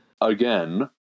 Again